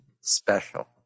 special